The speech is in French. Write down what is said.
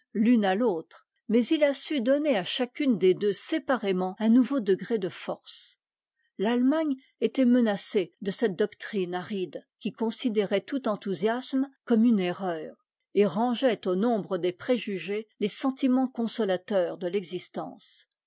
l'une à l'autre mais il a su donner à chacune des deux séparément un nouveau degré de force l'allemagne était menacée de cette doctrine aride qui considérait tout enthousiasme comme une erreur et rangeait au nombre des préjugés les sentiments consolateurs de l'existence